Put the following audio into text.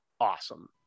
awesome